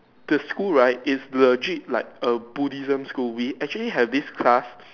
the school right is legit like a Buddhism school we actually have this class